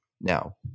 Now